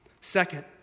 Second